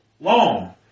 long